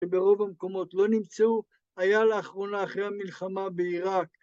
‫שברוב המקומות לא נמצאו, ‫היה לאחרונה אחרי המלחמה בעיראק.